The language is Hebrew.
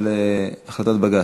של החלטת בג"ץ.